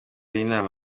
y‟inama